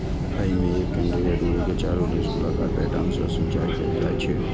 अय मे एक केंद्रीय धुरी के चारू दिस गोलाकार पैटर्न सं सिंचाइ कैल जाइ छै